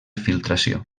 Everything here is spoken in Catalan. filtració